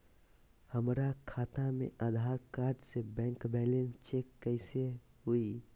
हमरा खाता में आधार कार्ड से बैंक बैलेंस चेक कैसे हुई?